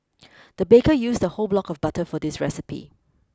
the baker used a whole block of butter for this recipe